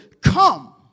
Come